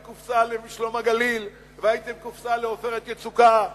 ועשיתם קופסה לשלום הגליל ועשיתם קופסה ל"עופרת יצוקה",